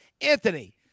anthony